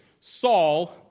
Saul